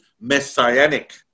messianic